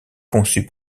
conçu